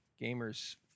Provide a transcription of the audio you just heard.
Gamers